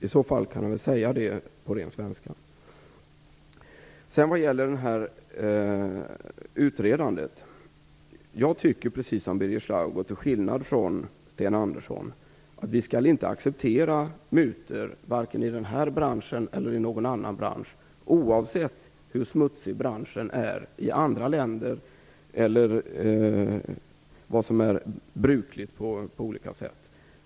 I så fall kan han väl säga det på ren svenska. Vad gäller utredandet vill jag säga att jag precis som Birger Schlaug och till skillnad från Sten Andersson inte tycker att man skall acceptera mutor vare sig i denna eller i någon annan bransch, oavsett hur smutsig branschen är i andra länder eller vad som är brukligt på olika sätt.